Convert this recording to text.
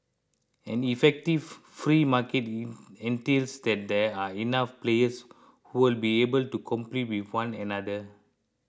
an effective free market entails that there are enough players who will be able to compete with one another